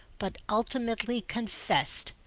but ultimately confessed.